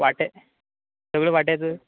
वांटे सगळे वांटेच